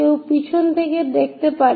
কেউ পেছন থেকেও দেখতে পারে